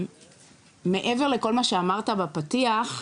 מעבר לכל מה שאמרת בפתיח,